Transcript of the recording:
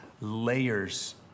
layers